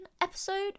episode